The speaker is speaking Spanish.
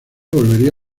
volvería